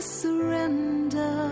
surrender